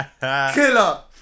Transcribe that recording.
Killer